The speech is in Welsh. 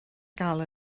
gael